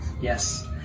Yes